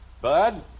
Bud